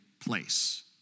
place